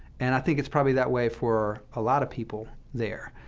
and i think it's probably that way for a lot of people there.